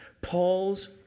Paul's